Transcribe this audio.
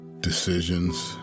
Decisions